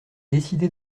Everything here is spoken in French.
décidé